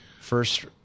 first